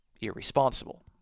irresponsible